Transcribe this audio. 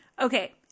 Okay